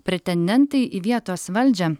pretendentai į vietos valdžią